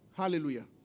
Hallelujah